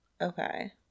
Okay